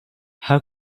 how